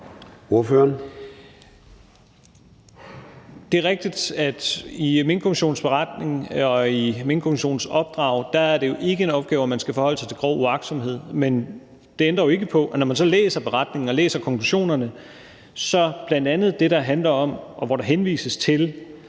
Det er rigtigt, at i Minkkommissionens beretning og i Minkkommissionens opdrag er det jo ikke en opgave, at man skal forholde sig til grov uagtsomhed, men det ændrer jo ikke på, at når man så læser beretningen og læser konklusionerne, er bl.a. det, der handler om, og hvor der henvises til,